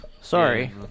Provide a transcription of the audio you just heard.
Sorry